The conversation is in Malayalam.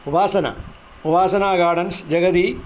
ഉപാസന ഉപാസനാ ഗാർഡൻസ് ജഗതി